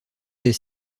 des